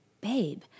Babe